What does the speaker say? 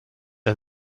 ein